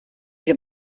wir